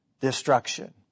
destruction